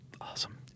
Awesome